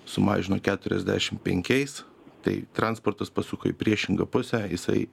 sumažino keturiasdešimt penkiais tai transportas pasuko į priešingą pusę jisai